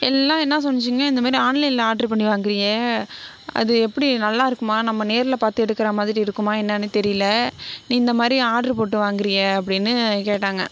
எல்லாம் என்னா சொன்னுச்சுங்க இந்த மாதிரி ஆன்லைனில் ஆர்டரு பண்ணி வாங்குறாயே அது எப்படி நல்லாயிருக்குமா நம்ம நேரில் பார்த்து எடுக்கிறா மாதிரி இருக்குமா என்னான்னு தெரியலை நீ இந்த மாதிரி ஆர்டரு போட்டு வாங்குறாயே அப்படின்னு கேட்டாங்க